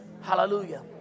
Hallelujah